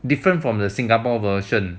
different from the singapore version